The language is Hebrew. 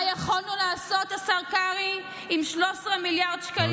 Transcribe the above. מה יכולנו לעשות, השר קרעי, עם 13 מיליארד שקלים?